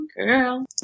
Girl